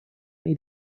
need